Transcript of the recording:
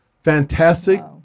fantastic